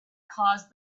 caused